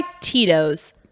Tito's